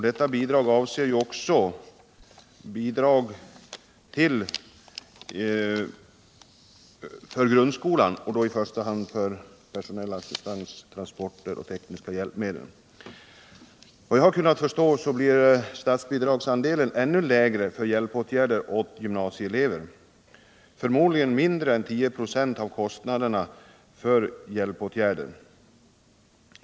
Detta är ju också ett bidrag för grundskolan och då i första hand för personell assistans, transporter och tekniska hjälpmedel. Efter vad jag har kunnat förstå blir statsbidragsandelen ännu lägre för hjälpåtgärder åt gymnasieelever — förmodligen mindre än 10 926 av kostnaden för hjälpåtgärderna.